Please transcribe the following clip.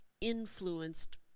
influenced